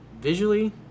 visually